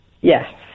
Yes